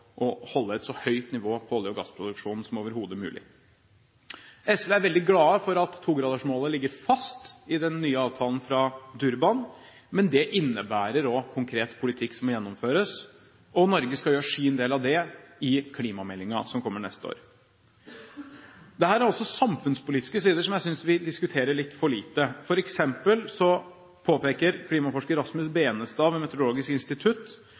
å holde et så høyt nivå på olje- og gassproduksjonen som overhodet mulig. SV er veldig glad for at togradersmålet ligger fast i den nye avtalen fra Durban. Men det innebærer også konkret politikk som må gjennomføres, og Norge skal gjøre sin del av det i klimameldingen som kommer neste år. Dette er samfunnspolitiske sider som jeg synes vi diskuterer litt for lite. For eksempel påpeker klimaforsker Rasmus Benestad ved Meteorologisk institutt